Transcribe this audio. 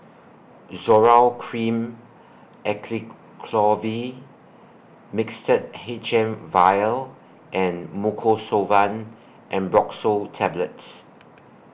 Zoral Cream Acyclovir Mixtard H M Vial and Mucosolvan Ambroxol Tablets